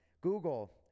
Google